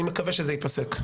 אני מקווה שזה ייפסק.